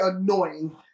annoying